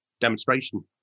demonstration